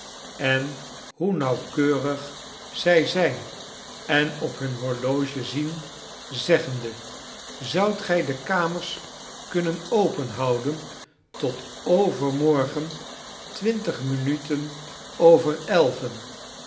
en hoe nauwkeurig zy zyn en op hun horloge zien zeggende zoudt gy de kamers kunnen openhouden tot overmorgen twintig minuten over elven